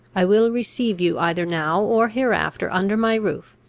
i will receive you, either now or hereafter, under my roof,